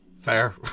fair